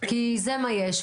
כי זה מה יש,